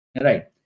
right